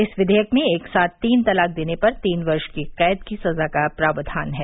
इस विधेयक में एक साथ तीन तलाक देने पर तीन वर्ष की कैद की सजा का प्राक्षान है